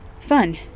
Fun